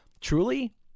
truly